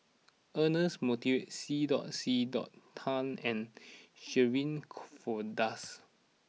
Ernest Monteiro C dot C dot Tan and Shirin Fozdars